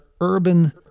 urban